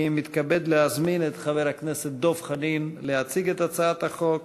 אני מתכבד להזמין את חבר הכנסת דב חנין להציג את הצעת החוק.